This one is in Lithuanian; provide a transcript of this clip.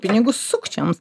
pinigus sukčiams